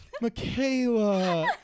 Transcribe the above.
Michaela